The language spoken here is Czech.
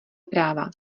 práva